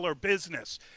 business